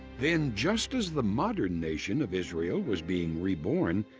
then, just as the modern nation of israel was being reborn,